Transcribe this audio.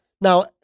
now